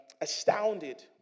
astounded